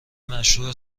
مشروح